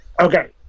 Okay